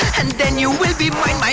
and then you'll be mine.